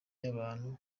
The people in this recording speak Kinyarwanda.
y’abantu